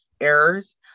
errors